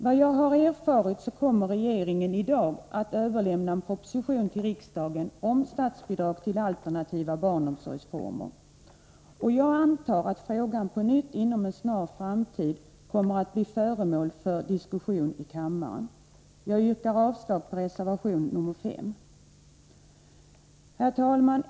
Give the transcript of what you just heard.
Vad jag har erfarit kommer regeringen i dag att överlämna en proposition till riksdagen om statsbidrag till alternativa barnomsorgsformer, och jag antar att frågan på nytt inom en snar framtid kommer att diskuteras här i kammaren. Jag yrkar avslag på reservation 5. Herr talman!